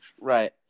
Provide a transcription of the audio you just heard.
Right